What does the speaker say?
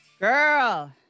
Girl